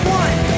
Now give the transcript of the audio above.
one